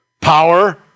Power